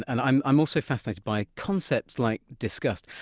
and i'm i'm also fascinated by concepts like disgust.